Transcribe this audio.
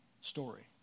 story